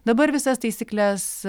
dabar visas taisykles